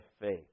faith